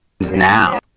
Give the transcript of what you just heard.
now